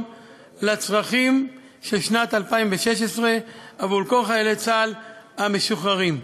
לצרכים של שנת 2016 עבור כל חיילי צה״ל המשוחררים.